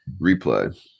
Replay